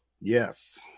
Yes